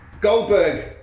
Goldberg